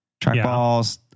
Trackballs